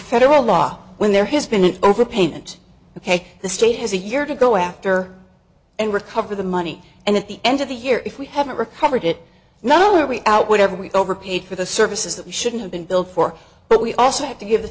federal law when there has been an overpayment ok the state has a year to go after and recover the money and at the end of the year if we haven't recovered it not only are we out whatever we overpaid for the services that we should have been billed for but we also have to give the